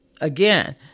again